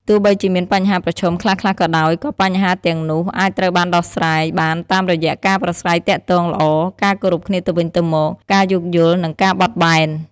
ទោះបីជាមានបញ្ហាប្រឈមខ្លះៗក៏ដោយ ក៏បញ្ហាទាំងនោះអាចត្រូវបានដោះស្រាយបានតាមរយៈការប្រាស្រ័យទាក់ទងល្អ ការគោរពគ្នាទៅវិញទៅមក ការយោគយល់ និងការបត់បែន។